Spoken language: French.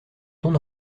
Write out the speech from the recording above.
ton